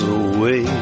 away